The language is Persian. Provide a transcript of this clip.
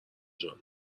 جان